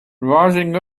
rising